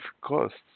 costs